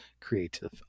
creative